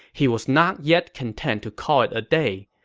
he was not yet content to call it a day.